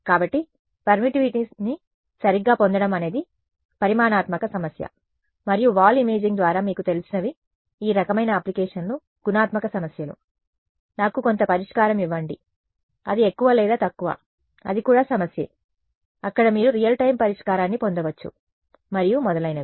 కాబట్టి పర్మిటివిటీని సరిగ్గా పొందడం అనేది పరిమాణాత్మక సమస్య మరియు వాల్ ఇమేజింగ్ ద్వారా మీకు తెలిసినవి ఈ రకమైన అప్లికేషన్లు గుణాత్మక సమస్యలు నాకు కొంత పరిష్కారం ఇవ్వండి అది ఎక్కువ లేదా తక్కువ అది కూడా సమస్యే అక్కడ మీరు రియల్ టైం పరిష్కారాన్ని పొందవచ్చు మరియు మొదలైనవి